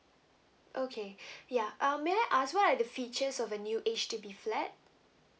okay yeah um may I ask what are the features of the new H_D_B flat